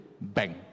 bang